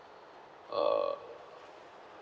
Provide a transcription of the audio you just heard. uh